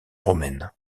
romaine